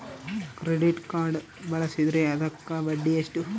Credit card ಬಳಸಿದ್ರೇ ಅದಕ್ಕ ಬಡ್ಡಿ ಎಷ್ಟು?